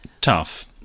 Tough